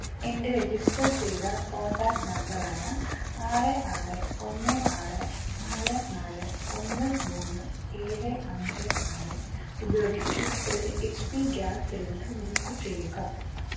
എൻ്റെ രജിസ്റ്റർ ചെയ്ത കോൺടാക്റ്റ് നമ്പറായ ആറ് ആറ് ഒന്ന് ആറ് നാല് നാല് ഒന്ന് മൂന്ന് ഏഴ് അഞ്ച് നാല് ഉപയോഗിച്ച് ഒരു H P gas cylinder book ചെയ്യുക